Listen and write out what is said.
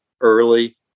early